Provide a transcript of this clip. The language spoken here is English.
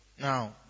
Now